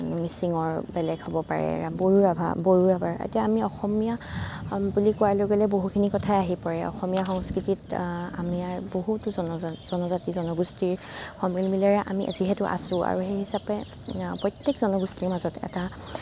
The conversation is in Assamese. মিচিঙৰ বেলেগ হ'ব পাৰে বড়ো ৰাভা বড়ো ৰাভাৰ এতিয়া আমি অসমীয়া বুলি কোৱাৰ লগে লগে বহুখিনি কথাই আহি পৰে অসমীয়া সংস্কৃতিত আমি বহুতো জনজাতি জনগোষ্ঠীৰ সমিলমিলেৰে আমি যিহেতু আছোঁ আৰু সেই হিচাপে প্ৰত্যেক জনগোষ্ঠীৰ মাজত এটা